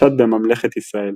שפשט בממלכת ישראל.